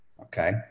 Okay